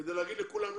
כדי להגיד לכולם לא?